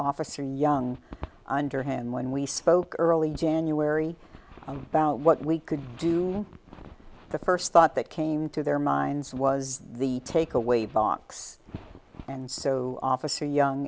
officer young underhand when we spoke earlier january about what we could do the first thought that came to their minds was the take away box and so officer young